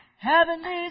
Heavenly